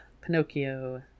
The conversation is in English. Pinocchio